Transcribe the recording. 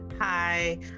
Hi